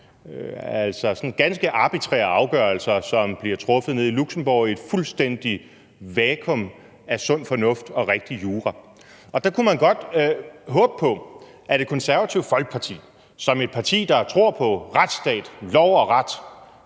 altså sådan ganske arbitrære afgørelser, som bliver truffet nede i Luxembourg i et fuldstændigt vakuum af sund fornuft og rigtig jura. Der kunne man godt håbe på, at Det Konservative Folkeparti som et parti, der tror på retsstaten, lov og ret